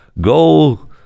Go